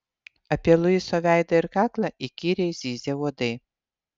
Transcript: apie luiso veidą ir kaklą įkyriai zyzė uodai